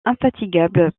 infatigable